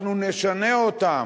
אנחנו נשנה אותם,